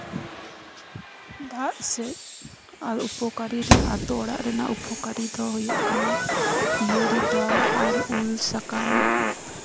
ᱫᱟᱜ ᱥᱮᱫ ᱟᱨ ᱩᱯᱚᱠᱟᱨᱤ ᱨᱮᱭᱟᱜ ᱟᱹᱛᱩ ᱚᱲᱟᱜ ᱨᱮᱱᱟᱜ ᱩᱯᱚᱠᱟᱨᱤ ᱫᱚ ᱦᱩᱭᱩᱜ ᱠᱟᱱᱟ ᱯᱤᱭᱟᱹᱨᱤ ᱰᱚᱜᱽ ᱟᱨ ᱩᱞ ᱥᱟᱠᱟᱢ